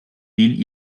will